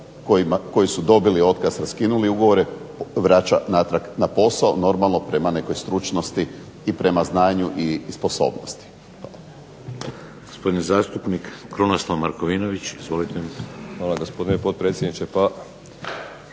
koji su dobili otkaz, raskinuli ugovore vraća natrag na posao, normalno prema nekoj stručnosti i prema znanju i sposobnosti.